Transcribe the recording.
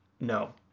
no